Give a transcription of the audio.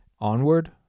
Onward